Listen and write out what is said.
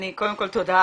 קודם כל תודה.